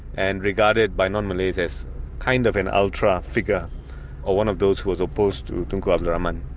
and regarded by non-malays as kind of an ultra figure or one of those who was opposed to tunku abdul rahman,